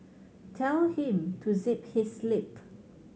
tell him to zip his lip